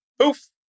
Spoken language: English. poof